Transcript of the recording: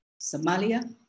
Somalia